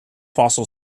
fossil